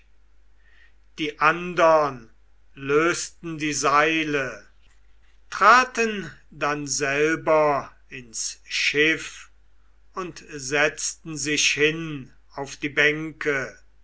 die andern lösten die seile traten dann selber ins schiff und setzten sich hin auf die bänke